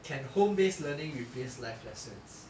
can home based learning replace live lessons